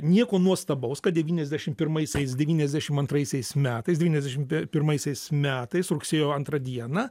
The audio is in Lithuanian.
nieko nuostabaus kad devyniasdešim pirmaisiais devyniasdešim antraisiais metais devyniasdešim pirmaisiais metais rugsėjo antrą dieną